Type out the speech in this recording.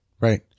Right